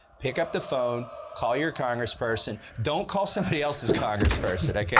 pick up the phone, call your congress person. don't call somebody else's congress person, okay,